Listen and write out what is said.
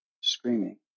screaming